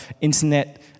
internet